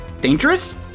dangerous